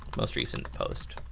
most recent post.